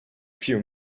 few